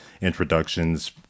introductions